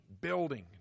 building